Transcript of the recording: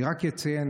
אני רק אציין,